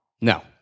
No